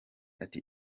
ati